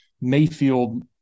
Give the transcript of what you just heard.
Mayfield –